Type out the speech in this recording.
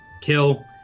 kill